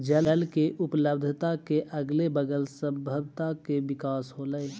जल के उपलब्धता के अगले बगल सभ्यता के विकास होलइ